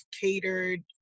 catered